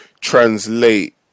translate